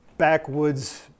Backwoods